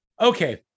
Okay